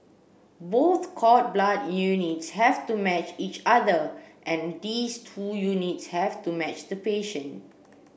both cord blood units have to match each other and these two units have to match the patient